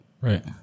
right